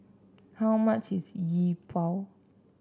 how much is Yi Bua